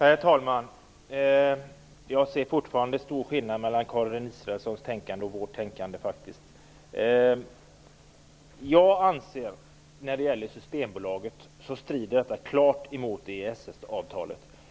Herr talman! Jag ser fortfarande en stor skillnad mellan Karin Israelssons och vårt tänkande. Jag anser att Systembolagets monopol klart strider mot EES-avtalet.